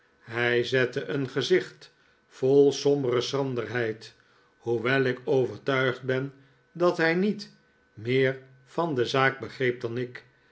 hij zette een gezicht vol sombere schranderheid hoewel ik overtuigd ben dat hij niet meer van de zaak begreep dan ik